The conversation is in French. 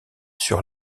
sur